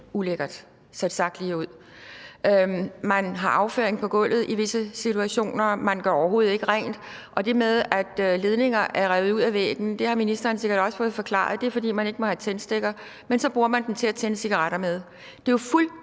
Så er det sagt ligeud. Man har afføring på gulvet i visse situationer, man gør overhovedet ikke rent, og grunden til, at ledninger er revet ud af væggen, har ministeren sikkert også fået forklaret, og det er, at man ikke må have tændstikker, men så bruger man ledningerne til at tænde cigaretter med. Det er jo